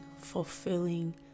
fulfilling